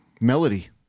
melody